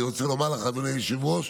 אני רוצה לומר לך, אדוני היושב-ראש,